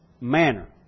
manner